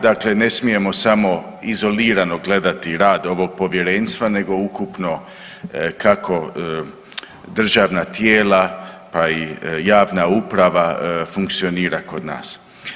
Dakle, ne smijemo samo izolirano gledati rad ovog Povjerenstva nego ukupno kako državna tijela, pa i javna uprava funkcionira kod nas.